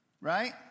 right